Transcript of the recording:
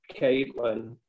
Caitlin